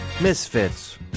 Misfits